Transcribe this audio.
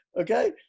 Okay